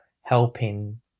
helping